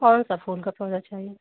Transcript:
कौन सा फूल का पौधा चाहिए